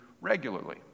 regularly